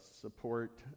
support